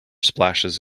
splashes